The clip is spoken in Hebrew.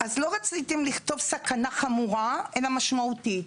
אז לא רציתם לכתוב "סכנה חמורה" אלא "משמעותית".